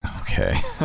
Okay